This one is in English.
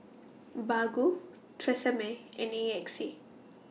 Baggu Tresemme and A X A